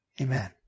Amen